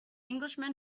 englishman